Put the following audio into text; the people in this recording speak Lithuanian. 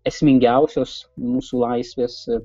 esmingiausios mūsų laisvės ir